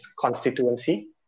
constituency